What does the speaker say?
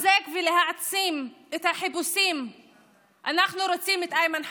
האמת היא שבחוקים להצלת המשק ולעזרה לאזרחים היינו רוצים להיות חלק,